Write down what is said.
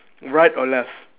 right or left